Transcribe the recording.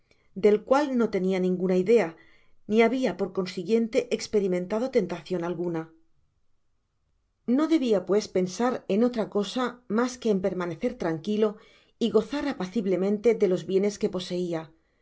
del cual no tenia ninguna idea ni habia por consiguiente esperimentado tentación alguna no debia pues pensar en otra cosa mas que en permanecer tranquilo y gozar apaciblemente de los bienes que poseia